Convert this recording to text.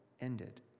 ended